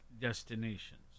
destinations